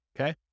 Okay